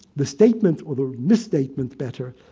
the statement or the remis-statement better,